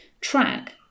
track